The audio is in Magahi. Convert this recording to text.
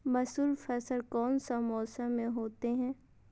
मसूर फसल कौन सा मौसम में होते हैं?